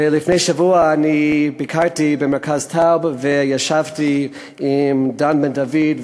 לפני שבוע אני ביקרתי במרכז טאוב וישבתי עם דן בן-דוד,